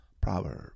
proverb